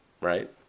Right